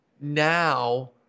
now